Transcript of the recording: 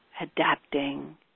adapting